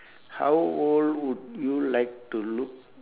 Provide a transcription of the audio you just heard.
how old would you like to look